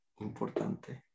importante